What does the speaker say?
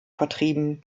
vertrieben